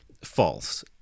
false